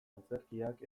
antzerkiak